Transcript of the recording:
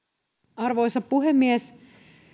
arvoisa puhemies